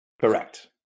Correct